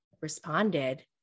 responded